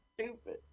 Stupid